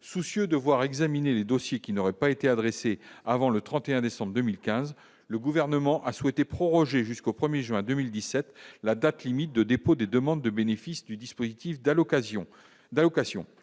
soucieux de voir examiner les dossiers qui n'aurait pas été adressées avant le 31 décembre 2015, le gouvernement a souhaité proroger jusqu'au 1er juin 2017, la date limite de dépôt des demandes de bénéfice du dispositif d'à l'occasion